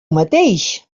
mateix